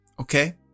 Okay